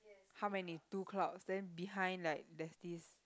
how many two clouds then behind like there's this